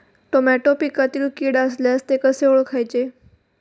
Tomato पिकातील कीड असल्यास ते कसे ओळखायचे?